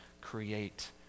create